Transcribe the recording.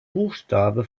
buchstabe